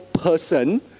person